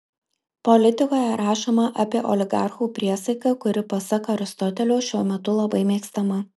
politikoje rašoma apie oligarchų priesaiką kuri pasak aristotelio šiuo metu labai mėgstama